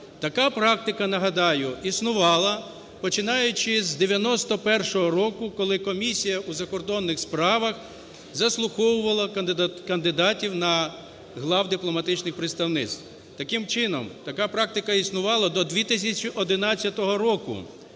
така практика нагадаю, існувала, починаючи з 1991 року, коли Комісія у закордонних справах заслуховувала кандидатів на глав дипломатичних представництв. Таким чином, така практика існувала до 2011 року,